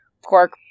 Quark